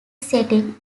setting